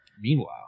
Meanwhile